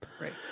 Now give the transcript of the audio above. Right